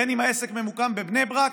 בין אם העסק ממוקם בבני ברק,